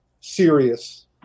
serious